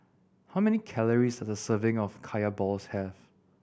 how many calories does a serving of Kaya balls have